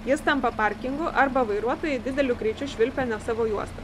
jis tampa parkingu arba vairuotojai dideliu greičiu švilpia ne savo juostą